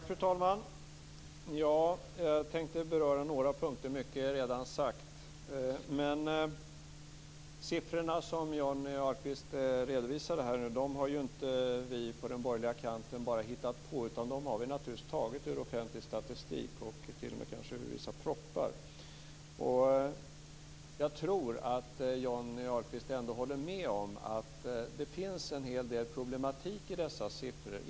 Fru talman! Jag tänkte beröra några punkter. Mycket är redan sagt. De siffror som Johnny Ahlqvist redovisade har inte vi på den borgerliga kanten bara hittat på. De siffrorna har vi naturligtvis tagit ur offentlig statistik, kanske t.o.m. ur vissa propositioner. Jag tror att Johnny Ahlqvist ändå håller med om att det finns en hel del problematik i dessa siffror.